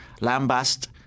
lambast